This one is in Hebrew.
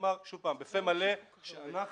אנחנו